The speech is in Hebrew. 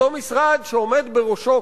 אותו משרד שעומד בראשו,